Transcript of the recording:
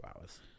hours